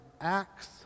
acts